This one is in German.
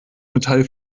metall